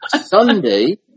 Sunday